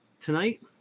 tonight